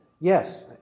Yes